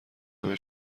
همه